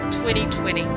2020